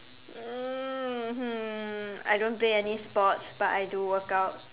um mmhmm I don't play any sports but I do work out